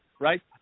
Right